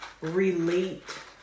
relate